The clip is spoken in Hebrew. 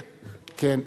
כן.